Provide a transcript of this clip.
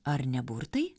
ar ne burtai